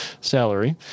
salary